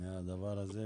מהדבר הזה,